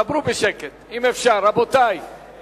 תדברו בשקט, אם אפשר, רבותי.